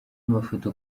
mafoto